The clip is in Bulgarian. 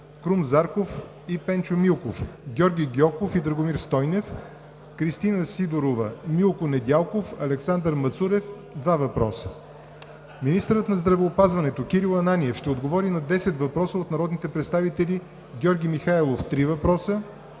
Министърът на здравеопазването Кирил Ананиев ще отговори на 10 въпроса от народните представители Георги Михайлов – три въпроса;